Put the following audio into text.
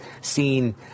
seen